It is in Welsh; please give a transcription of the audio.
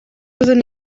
byddwn